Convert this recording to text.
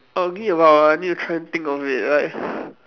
uh give me a while I need to try and think of it like